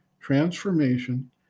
transformation